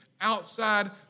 Outside